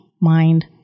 mind